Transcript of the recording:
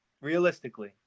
Realistically